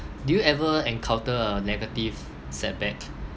did you ever encounter a negative setback